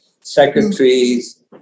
secretaries